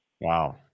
Wow